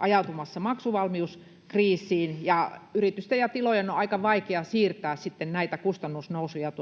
ajautumassa maksuvalmiuskriisiin, ja yritysten ja tilojen on aika vaikea siirtää näitä kustannusnousuja